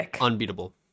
unbeatable